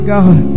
God